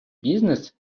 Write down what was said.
бізнес